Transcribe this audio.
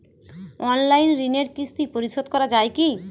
Online ঋণের কিস্তি পরিশোধ করা যায় কি?